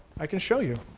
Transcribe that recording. i can show you.